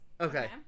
Okay